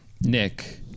nick